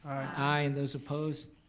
aye. those opposed,